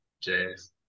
Jazz